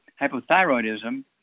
Hypothyroidism